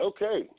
Okay